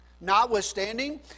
Notwithstanding